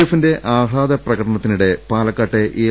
എഫിന്റെ ആഹ്ലാദ പ്രകടനത്തിനിടെ പാലക്കാട്ടെ എൽ